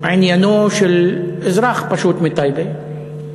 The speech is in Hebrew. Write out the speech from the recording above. עניינו של אזרח פשוט מטייבה,